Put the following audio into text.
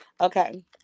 Okay